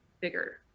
bigger